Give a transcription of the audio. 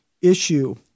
Issue